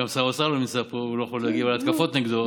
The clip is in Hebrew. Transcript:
גם שר האוצר לא נמצא פה והוא לא יכול להגיב על ההתקפות נגדו.